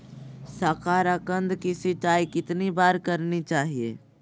साकारकंद की सिंचाई कितनी बार करनी चाहिए?